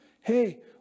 hey